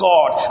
God